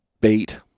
Bait